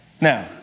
Now